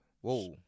Whoa